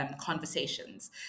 conversations